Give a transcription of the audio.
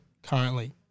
currently